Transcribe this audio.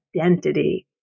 identity